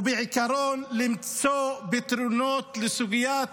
ובעיקרון עליו למצוא פתרונות לסוגיית